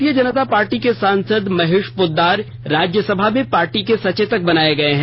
भारतीय जनता पार्टी के सांसद महेश पोद्दार राज्यसभा में पार्टी के सचेतक बनाये गए हैं